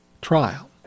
trial